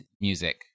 music